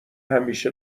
همیشه